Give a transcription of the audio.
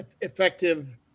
effective